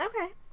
Okay